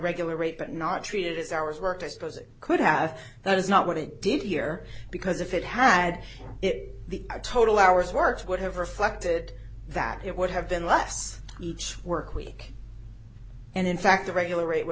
regular rate but not treated as hours worked i suppose it could have that is not what it did here because if it had it the total hours worked would have reflected that it would have been less each work week and in fact the regular rate would